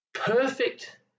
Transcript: Perfect